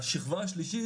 השכבה השלישית,